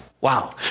Wow